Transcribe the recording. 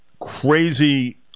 crazy